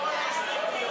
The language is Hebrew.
חנין זועבי,